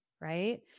right